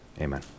Amen